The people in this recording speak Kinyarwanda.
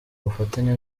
ubufatanye